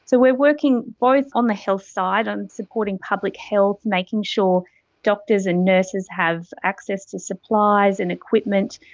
so we are working both on the health side and supporting public health, making sure doctors and nurses have access to supplies and equipment,